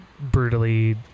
brutally